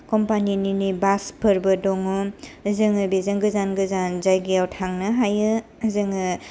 कम्पानिनिनो बासफोरबो दङ जोङो बेजों गोजान गोजान जायगायाव थांनो हायो जोङो